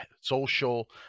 social